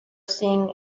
seeing